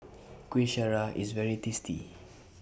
Kuih Syara IS very tasty